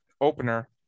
opener